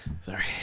Sorry